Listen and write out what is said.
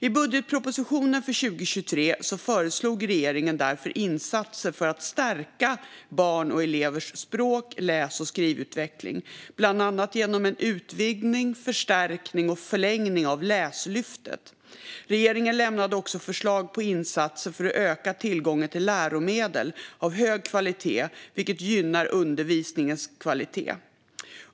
I budgetpropositionen för 2023 föreslog regeringen därför insatser för att stärka barns och elevers språk, läs och skrivutveckling, bland annat genom en utvidgning, förstärkning och förlängning av Läslyftet. Regeringen lämnade också förslag på insatser för att öka tillgången till läromedel av hög kvalitet, vilket gynnar undervisningens kvalitet.